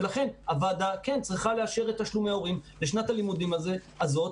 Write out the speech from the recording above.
לכן הוועדה כן צריכה לאשר את תשלומי ההורים לשנת הלימודים הזאת,